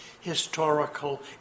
historical